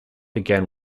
began